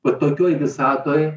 va tokioj visatoj